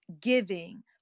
giving